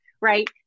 right